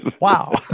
Wow